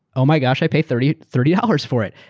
ah my gosh, i pay thirty thirty dollars for it.